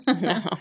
No